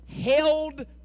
held